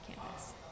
campus